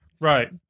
Right